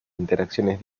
interacciones